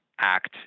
Act